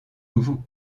nouveaux